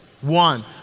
one